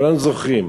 וכולם זוכרים,